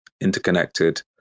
interconnected